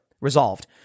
resolved